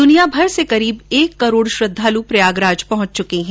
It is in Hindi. दुनिया भर से करीब एक करोड़ श्रद्वालु प्रयागराज पहुंच चुके हैं